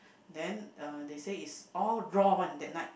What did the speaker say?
then uh they say is all raw one that night